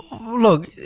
look